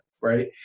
right